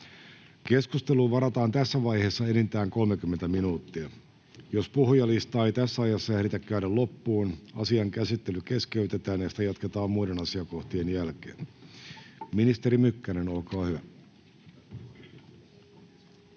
Keskusteluun varataan tässä vaiheessa enintään 30 minuuttia. Jos puhujalistaa ei tässä ajassa ehditä käydä loppuun, asian käsittely keskeytetään ja sitä jatketaan muiden asiakohtien jälkeen. — Ministeri Mykkänen, olkaa hyvä.